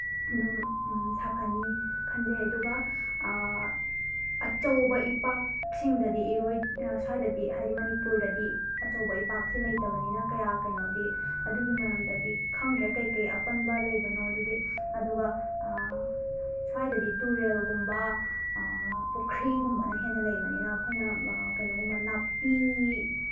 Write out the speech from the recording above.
ꯑꯗꯨꯝ ꯁꯥꯐꯅꯤ ꯈꯟꯖꯩ ꯑꯗꯨꯒ ꯑꯆꯧꯕ ꯏꯄꯥꯛꯁꯤꯡꯗꯗꯤ ꯁ꯭ꯋꯥꯏꯗꯗꯤ ꯍꯥꯏꯗꯤ ꯃꯅꯤꯄꯨꯔꯗꯗꯤ ꯑꯆꯧꯕ ꯏꯄꯥꯛꯁꯦ ꯂꯩꯇꯕꯅꯤꯅ ꯀꯌꯥ ꯀꯩꯅꯣꯗꯤ ꯑꯗꯨꯒꯤ ꯃꯔꯝꯗꯗꯤ ꯈꯪꯗ꯭ꯔꯦ ꯀꯩꯀꯩ ꯑꯄꯟꯕ ꯂꯩꯕꯅꯣꯗꯨꯗꯤ ꯑꯗꯨꯒ ꯁ꯭ꯋꯥꯏꯗꯗꯤ ꯇꯨꯔꯦꯜꯒꯨꯝꯕ ꯄꯨꯈ꯭ꯔꯤꯒꯨꯝꯕꯅ ꯍꯦꯟꯅ ꯂꯩꯕꯅꯤꯅ ꯑꯩꯈꯣꯏꯅ ꯀꯩꯅꯣꯒꯨꯝꯕ ꯅꯥꯄꯤ